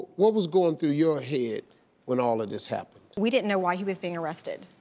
what was going through your head when all of this happened? we didn't know why he was being arrested.